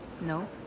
No